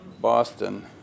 Boston